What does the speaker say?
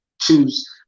choose